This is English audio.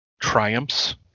Triumphs